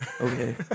okay